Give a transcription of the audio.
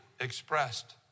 expressed